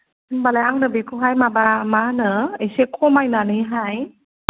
होनबालाय आंनो बेखौहाय माबा मा होनो एसे खमायनानैहाय